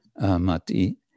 mati